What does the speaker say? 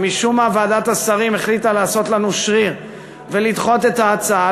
שמשום-מה ועדת השרים החליטה לעשות לנו שריר ולדחות את ההצעה,